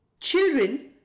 Children